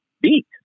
beat